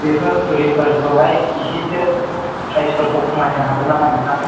बेफोर फुलिफोरखौहाय इसेसो फ्राइसफोरखौ खमायनो हागोन नामा नोंथां